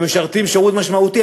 והם משרתים שירות משמעותי.